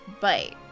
bite